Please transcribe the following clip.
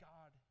God